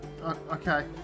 Okay